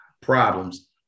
problems